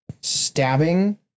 stabbing